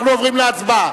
אנחנו עוברים להצבעה.